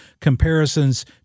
comparisons